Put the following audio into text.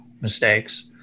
mistakes